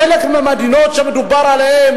חלק מהמדינות שמדובר עליהן